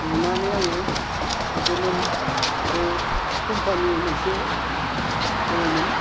लुनानै आङो बेदेनो बे कम्फानि मोनसे दोङोमोन